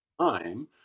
time